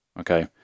Okay